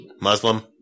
Muslim